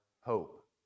hope